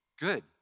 Good